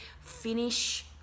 finish